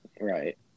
Right